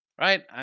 Right